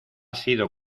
sido